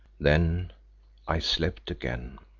then i slept again.